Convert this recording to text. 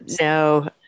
no